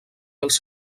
els